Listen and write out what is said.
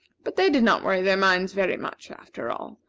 but they did not worry their minds very much, after all.